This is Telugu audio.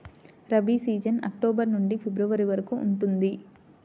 రబీ సీజన్ అక్టోబర్ నుండి ఫిబ్రవరి వరకు ఉంటుంది